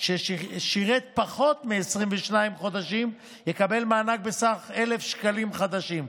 ששירת פחות מ-22 חודשים יקבל מענק בסך 1,000 שקלים חדשים,